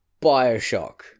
Bioshock